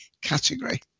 category